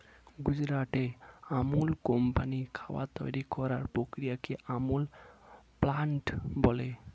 গুজরাটের আমুল কোম্পানির খাবার তৈরি করার প্রক্রিয়াটিকে আমুল প্যাটার্ন বলে